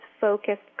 focused